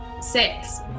Six